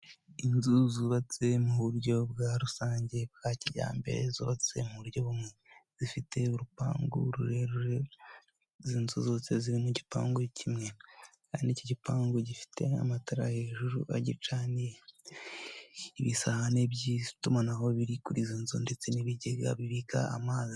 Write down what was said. Inzu zubatse mu buryo bwa rusange bwa kijyambere zubatse mu buryo bumwe zifite urupangu rurerure izi nzu zose ziri mu gipangu kimwe kandi iki gipangu gifite amatara hejuru agicaniye, ibisahane by'itumanaho biri kuri izo nzu ndetse n'ibigega bibika amazi.